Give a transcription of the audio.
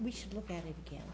we should look at it again